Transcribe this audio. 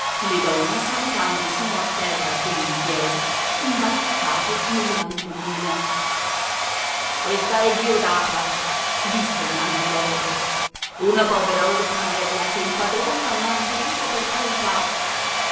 le donne salutando sino a terra come in chiesa imbacuccate nelle mantelline questa è diodata disse nanni l'orbo una povera orfanella che il padrone ha mantenuto per carità